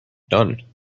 done